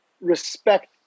respect